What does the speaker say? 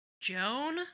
Joan